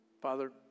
Father